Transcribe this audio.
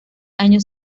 año